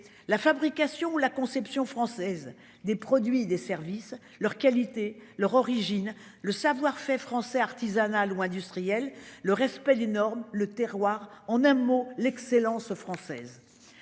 la fabrication, la conception française des produits, des services leur qualité, leur origine le savoir fait français artisanal ou industriel, le respect des normes, le terroir. En un mot l'excellence française.